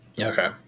Okay